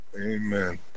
Amen